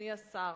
אדוני השר,